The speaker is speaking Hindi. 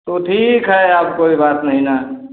तो ठीक है अब कोई बात नहीं ना